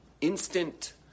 instant